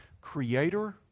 creator